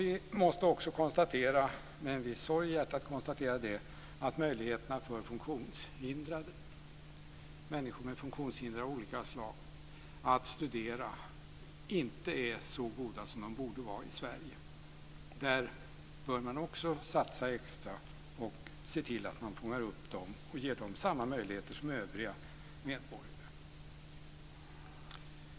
Vi måste också med en viss sorg i hjärtat konstatera att möjligheterna för människor med funktionshinder av olika slag att studera inte är så goda som de borde vara i Sverige. Där bör man också satsa extra. Man bör se till att fånga upp dem och ge dem samma möjligheter som övriga medborgare.